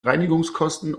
reinigungskosten